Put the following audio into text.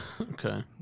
Okay